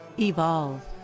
Evolve